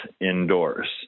indoors